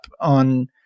on